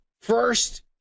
first